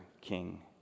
King